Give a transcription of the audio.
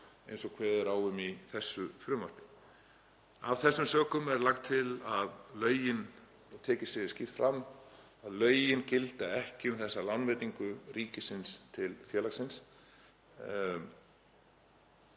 eins og kveðið er á um í þessu frumvarpi. Af þessum sökum er lagt til, svo það sé tekið skýrt fram, að lögin gildi ekki um þessa lánveitingu ríkisins til félagsins.